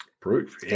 proof